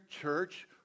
church